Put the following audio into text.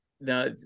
No